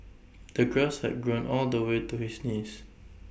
the grass had grown all the way to his knees